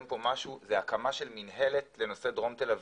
פה משהו זה הקמה של מִנהלת לנושא דרום תל אביב.